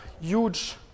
huge